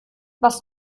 was